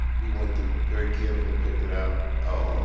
we went through very carefully and picked it out oh,